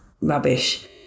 rubbish